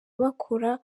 bakora